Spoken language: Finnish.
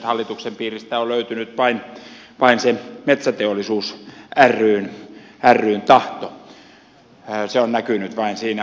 hallituksen piiristä on löytynyt vain se metsäteollisuus ryn tahto se on näkynyt vain siinä